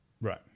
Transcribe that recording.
Right